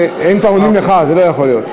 הם כבר עונים לך, זה לא יכול להיות.